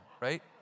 right